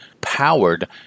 powered